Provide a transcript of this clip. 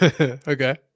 okay